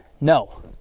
No